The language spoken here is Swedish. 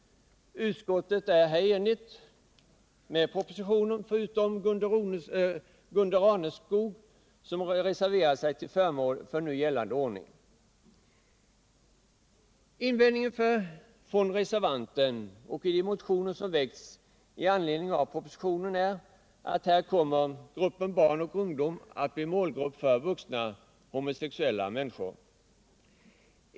Utskottet ansluter sig här till propositionens förslag, förutom Gunde Raneskog som reserverat sig till förmån för nu gällande ordning. Invändningen från reservanten och i de motioner som väckts med anledning av propositionen är, att här kommer gruppen barn och ungdom att bli målgrupp för vuxna homosexuella människor.